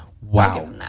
Wow